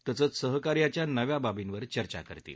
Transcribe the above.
तसंच सहकार्याला नव्या बाबींवर चर्चा करतील